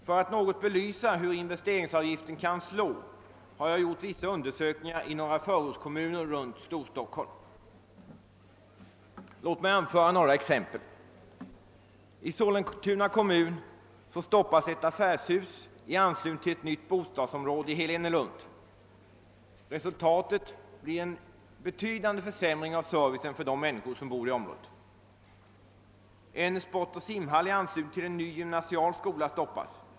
För att något belysa hur investeringsavgiften kan slå vill jag redovisa vissa undersökningar som jag har gjort beträffande några förortskommuner runt I Sollentuna kommun stoppas ett affärshus i anslutning till ett nytt bostadsområde i Helenelund. Resultatet blir en betydande försämring av servicen för de människor som bor i området. En sportoch simhall i anslutning till en ny gymnasial skola stoppas.